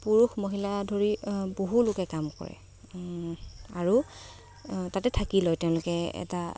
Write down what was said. পুৰুষ মহিলা ধৰি বহুত লোকে কাম কৰে আৰু আ তাতে থাকি লয় তেওঁলোকে এটা